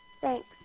Thanks